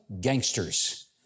gangsters